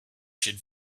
should